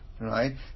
Right